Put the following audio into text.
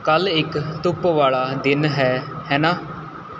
ਕੱਲ੍ਹ ਇੱਕ ਧੁੱਪ ਵਾਲਾ ਦਿਨ ਹੈ ਹੈ ਨਾ